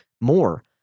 more